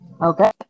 Okay